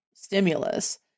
stimulus